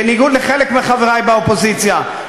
בניגוד לחלק מחברי באופוזיציה,